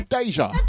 Deja